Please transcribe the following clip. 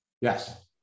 Yes